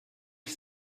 ich